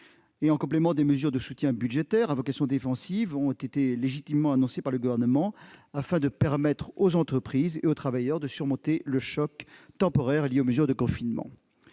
En complément, des mesures de soutien budgétaire à vocation défensive ont été légitimement annoncées par le Gouvernement, afin de permettre aux entreprises et aux travailleurs de surmonter le choc temporaire lié aux mesures de confinement.